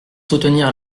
soutenir